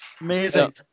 Amazing